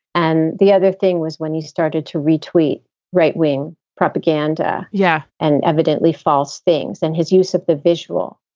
and the other thing was when he started to retweet right wing propaganda. yeah. and evidently false things and his use of the visual.